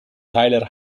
tyler